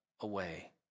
away